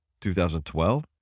2012